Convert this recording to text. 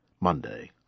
Monday